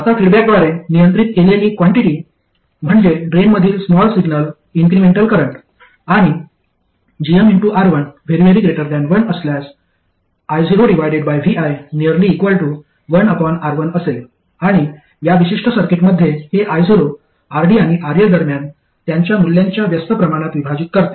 आता फीडबॅकद्वारे नियंत्रित केलेली क्वांटिटि म्हणजे ड्रेनमधील स्मॉल सिग्नल इन्क्रिमेंटल करंट आणि gmR1 1 असल्यास iovi 1R1 असेल आणि या विशिष्ट सर्किटमध्ये हे io RD आणि RL दरम्यान त्यांच्या मूल्यांच्या व्यस्त प्रमाणात विभाजित करते